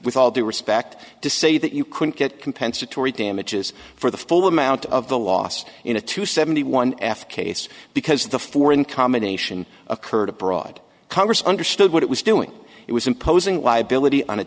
with all due respect to say that you could get compensatory damages for the full amount of the lost in a two seventy one f case because the four in combination occurred abroad congress understood what it was doing it was imposing liability on a